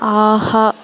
ஆஹா